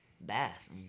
bass